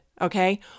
okay